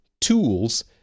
tools